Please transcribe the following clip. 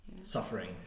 Suffering